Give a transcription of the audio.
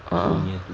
ah